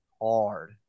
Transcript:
hard